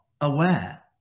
aware